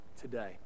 today